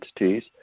entities